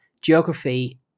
geography